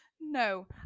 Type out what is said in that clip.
No